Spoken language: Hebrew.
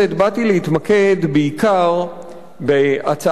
באתי להתמקד בעיקר בהצעת החוק,